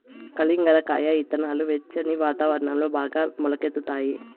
కలింగర కాయ ఇత్తనాలు వెచ్చని వాతావరణంలో బాగా మొలకెత్తుతాయి